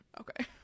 Okay